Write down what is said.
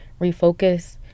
refocus